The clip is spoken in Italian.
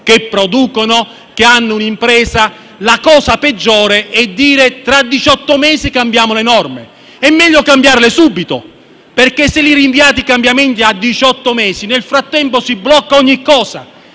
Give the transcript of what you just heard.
che producono, che hanno un'impresa - la cosa peggiore è dire che tra diciotto mesi si cambieranno le norme. È meglio cambiarle subito, perché, se rinviate i cambiamenti di diciotto mesi, nel frattempo si blocca ogni cosa.